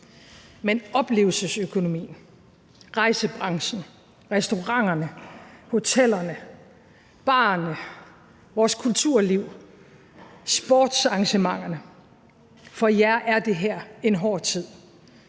for oplevelsesøkonomien, rejsebranchen, restauranterne, hotellerne, barerne, vores kulturliv, sportsarrangementerne, er det her en hård tid.